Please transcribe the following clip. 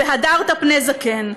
"והדרת פני זקן",